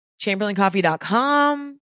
chamberlaincoffee.com